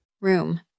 Room